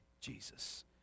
Jesus